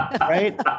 right